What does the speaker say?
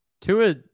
Tua